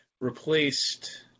replaced